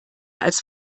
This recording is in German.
als